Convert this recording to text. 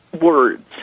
words